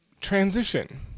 transition